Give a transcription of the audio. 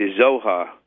Zohar